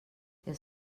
els